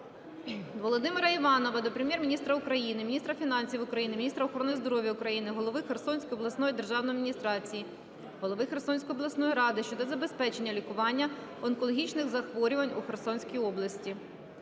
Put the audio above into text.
Володимира Іванова до Прем'єр-міністра України, міністра фінансів України, міністра охорони здоров'я України, голови Херсонської обласної державної адміністрації, голови Херсонської обласної ради щодо забезпечення лікування онкологічних захворювань у Херсонській області.